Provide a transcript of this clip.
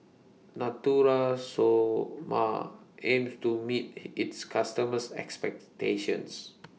Natura Stoma aims to meet its customers' expectations